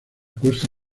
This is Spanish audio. costa